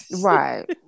Right